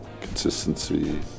consistency